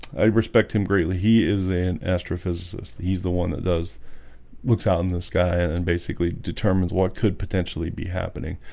i respect him greatly he is an astrophysicist. he's the one that does looks out in the sky and and basically determines what could potentially be happening,